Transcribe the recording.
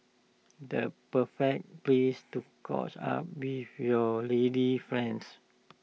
the perfect place to caught up with your lady friends